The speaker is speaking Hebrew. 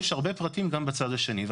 יש הרבה פרטים גם בצד השני.